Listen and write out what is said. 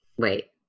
Wait